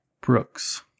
Brooks